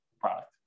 product